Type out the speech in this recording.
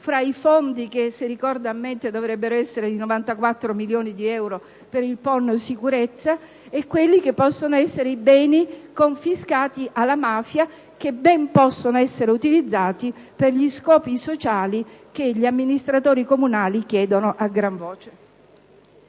tra i fondi che, ricordo a mente, dovrebbero essere 94 milioni di euro per il PON sicurezza, e quelli che possono essere i beni confiscati alla mafia, che ben possono essere utilizzati per gli scopi sociali che gli amministratori comunali chiedono a gran voce.